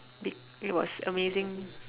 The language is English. did it was amazing